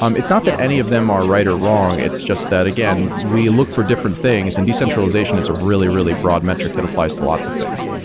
um it's not that any of them are right or wrong. it's just that, again, we look for different things and decentralization is a really, really broad metric that applies to lots of things.